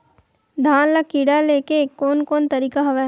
धान ल कीड़ा ले के कोन कोन तरीका हवय?